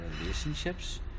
relationships